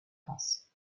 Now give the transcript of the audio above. france